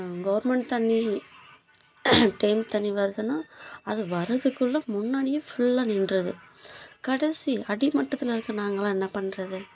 government தண்ணி time தண்ணி வர சொன்னால் அது வரதுக்குள்ளே முன்னாடியே ஃபுல்லாக நின்றது கடசி அடிமட்டத்தில் இருக்க நாங்களாம் என்ன பண்ணுறது